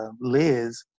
Liz